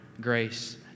grace